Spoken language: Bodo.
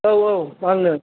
औ औ आंनो